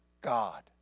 God